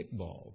kickball